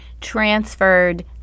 transferred